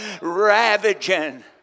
Ravaging